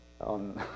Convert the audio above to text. on